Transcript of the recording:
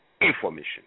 information